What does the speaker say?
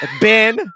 Ben